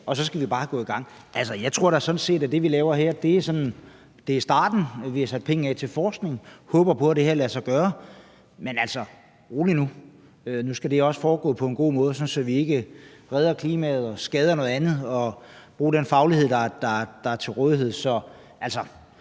og så skal vi bare gå i gang? Altså, jeg tror da sådan set, at det, vi laver her, er starten: Vi har sat penge af til forskning og håber på, at det her lader sig gøre. Men altså, rolig nu! Nu skal det også foregå på en god måde, sådan at vi ikke redder klimaet og skader noget andet. Vi skal bruge den faglighed, der er til rådighed.